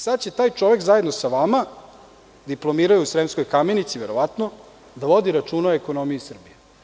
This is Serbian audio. Sada će taj čovek, zajedno sa vama, diplomirao je u Sremskoj Kamenici, verovatno, da vodi računa o ekonomiji Srbije.